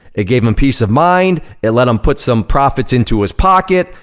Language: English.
it gave him peace of mind, it let him put some profits into his pocket,